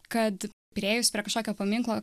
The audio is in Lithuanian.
kad priėjus prie kažkokio paminklo